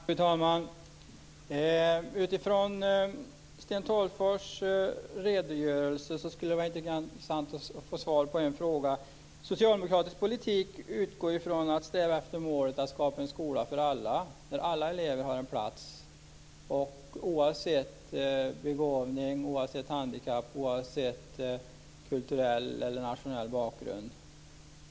Fru talman! Utifrån Sten Tolgfors redogörelse skulle det vara intressant att få svar på en fråga. Socialdemokratisk politik utgår ju från att man strävar efter målet att skapa en skola för alla, där alla elever har en plats, oavsett begåvning, handikapp och kulturell eller nationell bakgrund.